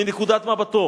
מנקודת מבטו